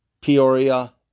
Peoria